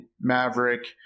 Maverick